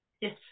Yes